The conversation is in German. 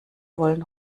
wollen